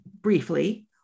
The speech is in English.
briefly